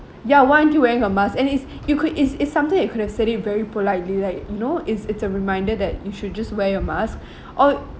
ya why aren't you wearing a mask and it's you could it's it's something you could have said it very politely like you know it's it's a reminder that you should just wear your mask or